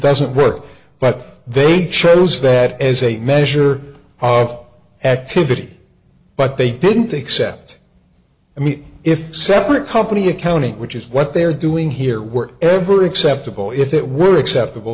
doesn't work but they chose that as a measure of activity but they didn't accept me if separate company accounting which is what they are doing here work ever acceptable if it were acceptable